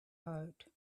heart